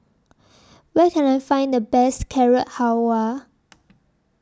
Where Can I Find The Best Carrot Halwa